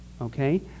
Okay